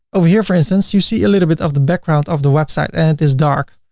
over here for instance you see a little bit of the background of the website and it is dark.